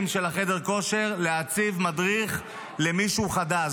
של חדר הכושר להציב מדריך למי שהוא חדש.